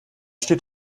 steht